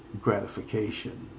gratification